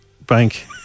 bank